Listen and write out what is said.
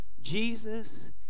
Jesus